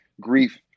grief